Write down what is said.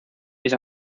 mis